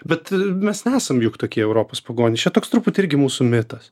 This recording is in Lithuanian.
bet mes nesam juk tokie europos pagonys čia toks truputį irgi mūsų mitas